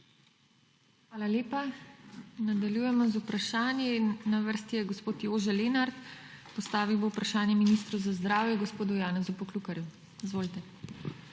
Hvala lepa. Nadaljujemo z vprašanji. Na vrsti je gospod Jože Lenart. Postavil bo vprašanje ministru za zdravje gospodu Janezu Poklukarju. Izvolite.